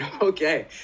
Okay